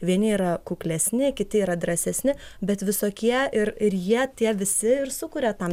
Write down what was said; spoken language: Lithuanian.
vieni yra kuklesni kiti yra drąsesni bet visokie ir ir jie tie visi ir sukuria tam